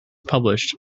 published